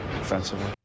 offensively